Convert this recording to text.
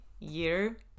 year